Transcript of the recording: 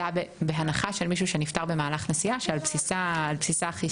זה היה בהנחה של מישהו שנפטר במהלך נסיעה שעל בסיסה חישבנו.